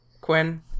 Quinn